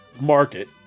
market